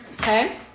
Okay